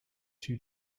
two